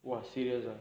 !wah! serious ah